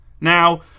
Now